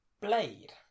Blade